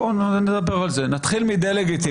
בואו נדבר על זה, נתחיל מדה-לגיטימציה.